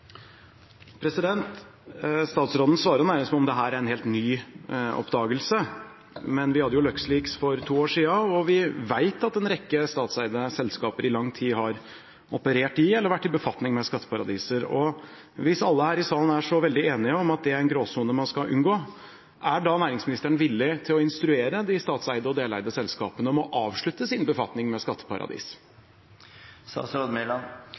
Statsråden svarer nærmest som om dette er en helt ny oppdagelse, men vi hadde jo LuxLeaks for to år siden, og vi vet at en rekke statseide selskaper i lang tid har operert i eller vært i befatning med skatteparadiser. Hvis alle her i salen er så veldig enige om at det er en gråsone man skal unngå, er da næringsministeren villig til å instruere de statseide og deleide selskapene om å avslutte sin befatning med skatteparadis?